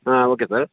ಹಾಂ okay sir